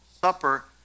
Supper